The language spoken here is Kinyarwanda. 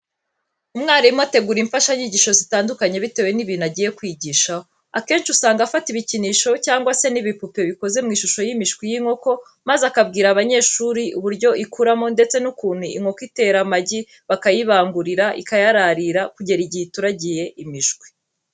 Umwarimu ategura imfashanyigisho zitandukanye bitewe n'ibintu agiye kwigishaho. Akenshi usanga afata ibikinisho cyangwa se n'ibipupe bikoze mu ishusho y'imishwi y'inkoko maze akabwira abanyeshuri uburyo ikuramo ndetse n'ukuntu inkoko itera amagi, bakayibangurira, ikayararira kugera igihe ituragiye imishwi.